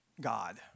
God